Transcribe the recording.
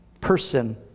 person